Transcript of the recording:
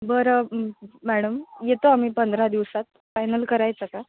बरं मॅडम येतो आम्ही पंधरा दिवसात फायनल करायचं का